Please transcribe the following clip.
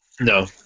No